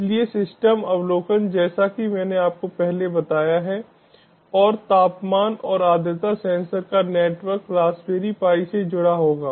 इसलिए सिस्टम अवलोकन जैसा कि मैंने आपको पहले बताया है और तापमान और आर्द्रता सेंसर का नेटवर्क रासबेरी पाई से जुड़ा होगा